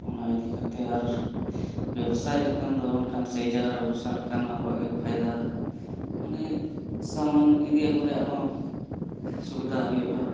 ᱚᱱᱟ ᱤᱫᱤ ᱠᱟᱛᱮᱫ ᱟᱨ ᱵᱮᱵᱽᱥᱟᱭ ᱞᱮᱠᱷᱟᱱ ᱫᱚ ᱚᱱᱠᱟᱱ ᱥᱟᱹᱦᱤ ᱡᱟᱭᱜᱟ ᱨᱮ ᱵᱮᱵᱽᱥᱟ ᱞᱮᱠᱷᱟᱱ ᱟᱵᱚᱣᱟᱜ ᱜᱮ ᱯᱷᱟᱭᱫᱟ ᱢᱟᱱᱮ ᱥᱟᱢᱟᱱ ᱤᱫᱤᱼᱟᱹᱜᱩ ᱨᱮᱭᱟᱜ ᱦᱚᱸ ᱥᱩᱵᱤᱫᱷᱟ ᱦᱩᱭᱩᱜᱼᱟ